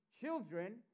children